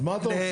אז מה אתה רוצה?